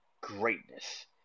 greatness